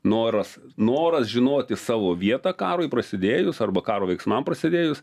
noras noras žinoti savo vietą karui prasidėjus arba karo veiksmam prasidėjus